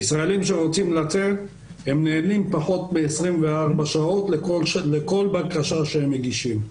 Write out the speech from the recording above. הישראלים שרוצים לצאת נענים תוך פחות מ-24 שעות לכל בקשה שהם מגישים,